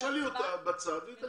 תשאלי אותה בצד והיא תגיד לך.